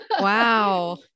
Wow